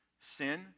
Sin